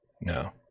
no